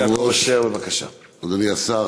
אדוני השר,